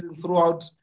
throughout